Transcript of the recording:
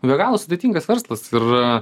be galo sudėtingas verslas ir